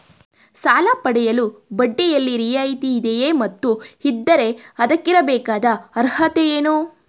ಸಾಲ ಪಡೆಯಲು ಬಡ್ಡಿಯಲ್ಲಿ ರಿಯಾಯಿತಿ ಇದೆಯೇ ಮತ್ತು ಇದ್ದರೆ ಅದಕ್ಕಿರಬೇಕಾದ ಅರ್ಹತೆ ಏನು?